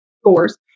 scores